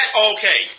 Okay